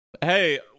Hey